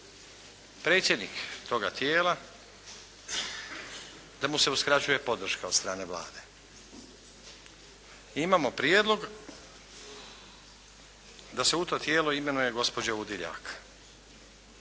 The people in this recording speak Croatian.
predsjednik toga tijela, da mu se uskraćuje podrška od strane Vlade. I imamo prijedlog da se u to tijelo imenuje gospođa Udiljak.